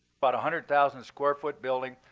but hundred thousand square foot building.